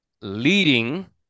leading